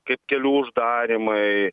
kaip kelių uždarymai